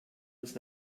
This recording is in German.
uns